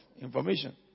information